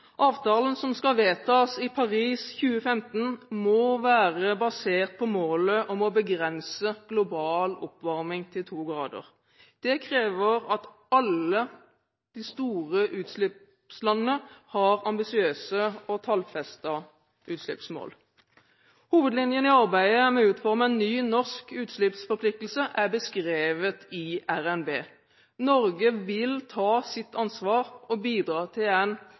Avtalen som skal vedtas i Paris i 2015, må være basert på målet om å begrense global oppvarming til to grader. Det krever at alle de store utslippslandene har ambisiøse og tallfestede utslippsmål. Hovedlinjen i arbeidet med å utforme en ny, norsk utslippsforpliktelse er beskrevet i RNB. Norge vil ta sitt ansvar og bidra til en